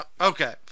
Okay